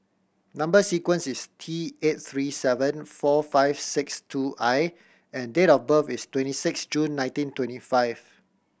number sequence is T eight three seven four five six two I and date of birth is twenty six June nineteen twenty five